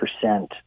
percent